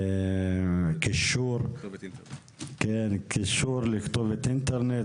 קישור לכתובת אינטרנט,